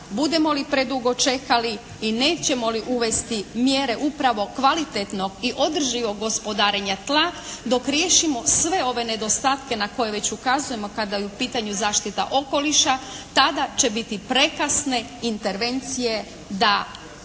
budemo li predugo čekali i nećemo li uvesti mjere upravo kvalitetnog i održivog gospodarenja tla dok riješimo sve ove nedostatke na koje već ukazujemo kada je u pitanju zaštita okoliša. Tada će biti prekasne intervencije da dovedemo